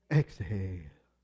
exhale